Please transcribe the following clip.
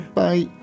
bye